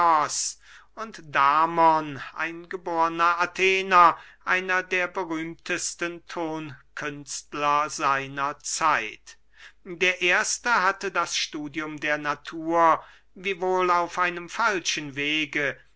und damon ein geborner athener einer der berühmtesten tonkünstler seiner zeit der erste hatte das studium der natur wiewohl auf einem falschen wege